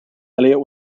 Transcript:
elliott